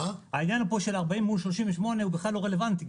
העניין פה של 40% מול 38% בכלל לא רלוונטי,